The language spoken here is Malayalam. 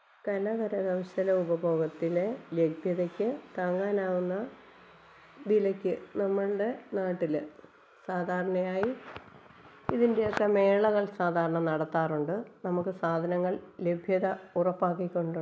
കല കര കൗശല ഉപഭോഗത്തിലെ ലഭ്യതയ്ക്ക് താങ്ങാനാവുന്ന വിലയ്ക്ക് നമ്മളുടെ നാട്ടില് സാധാരണയായി ഇതിൻ്റെയൊക്കെ മേളകൾ സാധാരണ നടത്താറുണ്ട് നമുക്ക് സാധനങ്ങൾ ലഭ്യത ഉറപ്പാക്കി കൊണ്ടുള്ള